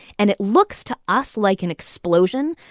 and it looks to us like an explosion.